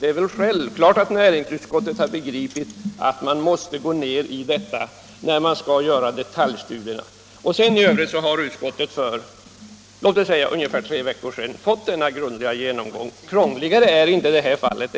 Det är väl självklart att näringsutskottet har begripit att man måste göra detta när man skall utföra detaljstudierna. I övrigt har utskottet för ungefär tre veckor sedan fått denna grundliga genomgång. Krångligare än så är inte det här fallet.